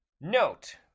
Note